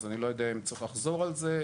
אז אני לא יודע אם צריך לחזור על זה.